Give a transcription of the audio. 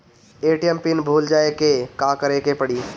ATM pin भूल जाए पे का करे के पड़ी?